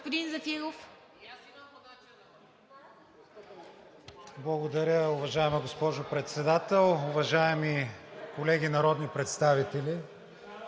за България): Благодаря, уважаема госпожо Председател. Уважаеми колеги народни представители,